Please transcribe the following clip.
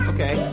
Okay